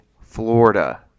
Florida